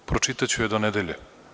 Pročitaću je do nedelje.